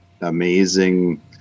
amazing